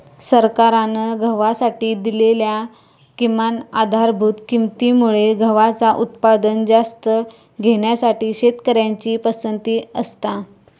सरकारान गव्हासाठी दिलेल्या किमान आधारभूत किंमती मुळे गव्हाचा उत्पादन जास्त घेण्यासाठी शेतकऱ्यांची पसंती असता